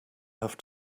have